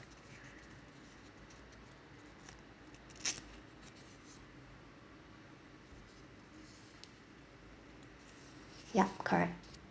yup correct